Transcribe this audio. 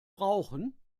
brauchen